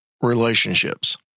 Relationships